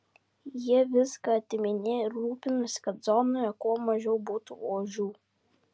jie viską atiminėja ir rūpinasi kad zonoje kuo mažiau būtų ožių